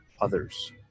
others